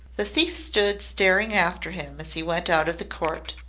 the thief stood staring after him as he went out of the court.